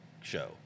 show